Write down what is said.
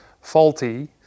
faulty